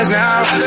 now